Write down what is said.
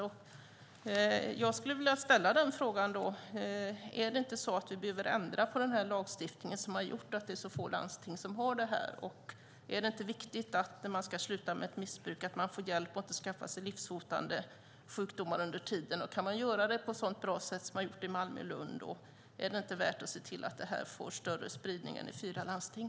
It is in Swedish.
Behöver vi inte ändra på lagstiftningen som har gjort att det är så få landsting som har dessa program? Är det inte viktigt när man ska sluta med ett missbruk att få hjälp och inte ådra sig livshotande sjukdomar under tiden? Detta har gjorts på ett bra sätt i Malmö och Lund. Är det inte värt att programmet får större spridning än i fyra landsting?